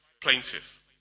plaintiff